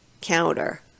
counter